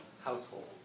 households